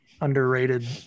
Underrated